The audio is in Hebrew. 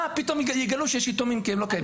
אה, פתאום יגלו שיש יתומים כי הם לא קיימים.